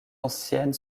ancienne